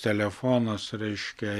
telefonas reiškia